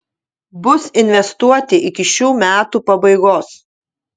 bus investuoti iki šių metų pabaigos